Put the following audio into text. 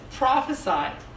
prophesied